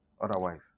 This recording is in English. otherwise